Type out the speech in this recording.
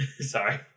Sorry